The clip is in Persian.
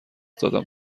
دادم